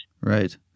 Right